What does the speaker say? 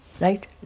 right